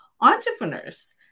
entrepreneurs